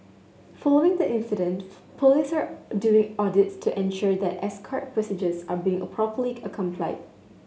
following the incident police are doing audits to ensure that escort procedures are being properly a complied